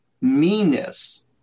meanness